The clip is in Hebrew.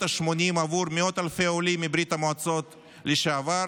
השמונים בעבור מאות אלפי עולים מברית המועצות לשעבר,